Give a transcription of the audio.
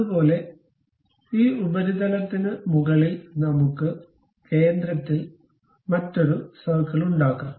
അതുപോലെ ആ ഉപരിതലത്തിന് മുകളിൽ നമുക്ക് കേന്ദ്രത്തിൽ മറ്റൊരു സർക്കിൾ ഉണ്ടാക്കാം